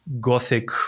gothic